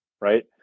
right